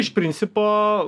iš principo